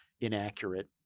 inaccurate